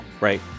right